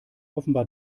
offenbar